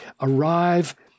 arrive